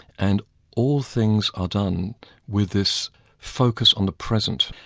and all things are done with this focus on the present.